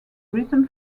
written